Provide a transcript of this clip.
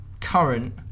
current